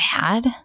bad